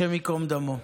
השם ייקום דמו.